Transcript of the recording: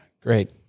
great